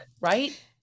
Right